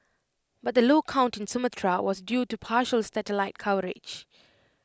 but the low count in Sumatra was due to partial satellite coverage